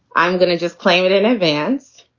i'm going to just claim it in advance.